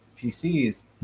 PCs